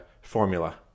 formula